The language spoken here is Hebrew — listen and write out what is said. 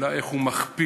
אלא איך הוא מכפיל,